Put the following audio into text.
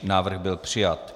Návrh byl přijat.